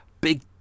big